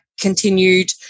continued